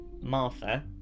Martha